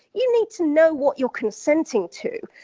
you need to know what you're consenting to,